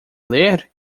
ler